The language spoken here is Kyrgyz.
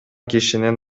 кишинин